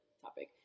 topic